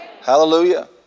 Hallelujah